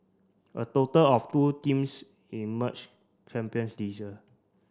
a total of two teams emerged champions this year